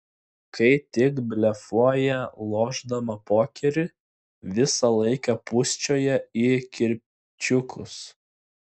kai tik blefuoja lošdama pokerį visą laiką pūsčioja į kirpčiukus